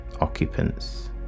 occupants